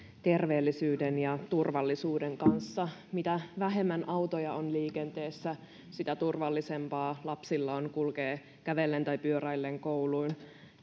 terveellisyyden ja turvallisuuden kanssa mitä vähemmän autoja on liikenteessä sitä turvallisempaa lapsien on kulkea kävellen tai pyöräillen kouluun